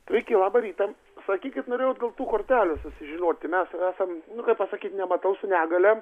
sveiki labą rytą sakykit norėjau dėl tų kortelių susižinoti mes esam nu kaip pasakyt nematau su negalia